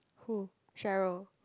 who Sheryl